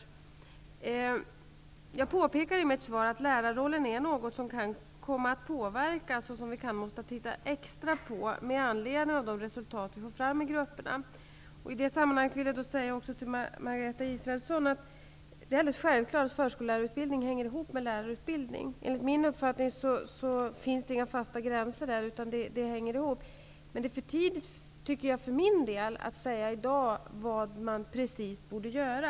I mitt svar påpekar jag att lärarrollen kan komma att påverkas och att vi kanske måste titta över den extra med anledning av de resultat som kommer fram i grupperna. I det sammanhanget vill jag säga till Margareta Israelsson att det är självklart att förskolelärarutbildning hänger ihop med lärarutbildning. Enligt min uppfattning finns det inga fasta gränser utan de hänger ihop. Men det är för tidigt för min del att i dag säga vad man precis bör göra.